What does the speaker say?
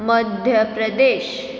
Madhya Pradesh